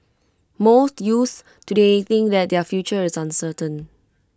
most youths today think that their future is uncertain